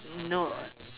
no